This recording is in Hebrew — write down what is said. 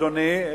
אדוני,